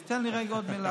אז תן לי רגע עוד מילה.